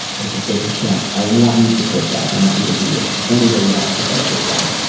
because if there's a chance i want you to take that i want you to be with anybody else besides this guy